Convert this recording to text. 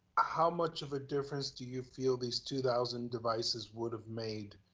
how much of a difference do you feel these two thousand devices would've made?